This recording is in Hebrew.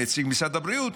נציג משרד הבריאות,